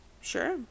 Sure